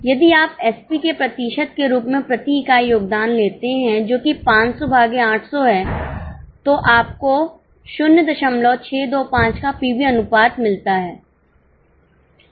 यदि आप एसपी के प्रतिशत के रूप में प्रति इकाई योगदान लेते हैं जो कि 500 भागे 800 है तो आपको 0625 का पीवी अनुपात मिलता है